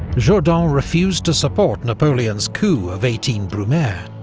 jourdan refused to support napoleon's coup of eighteen brumaire,